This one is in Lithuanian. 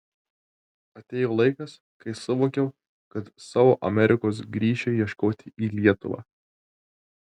atėjo laikas kai suvokiau kad savo amerikos grįšiu ieškoti į lietuvą